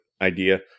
idea